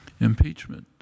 impeachment